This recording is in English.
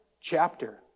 chapter